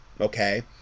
okay